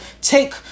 take